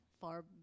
far